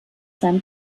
seinem